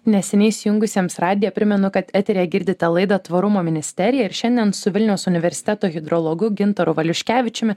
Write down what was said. neseniai įsijungusiems radiją primenu kad eteryje girdite laidą tvarumo ministerija ir šiandien su vilniaus universiteto hidrologu gintaru valiuškevičiumi